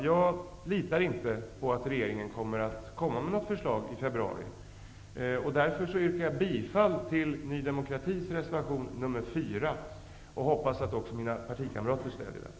Jag litar inte på att regeringen kommer med något förslag i februari. Därför yrkar jag bifall till Ny demokratis reservation nr 4, och jag hoppas att också mina partikamrater stödjer den.